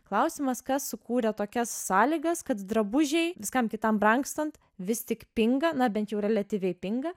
klausimas kas sukūrė tokias sąlygas kad drabužiai viskam kitam brangstant vis tik pinga na bent jau reliatyviai pinga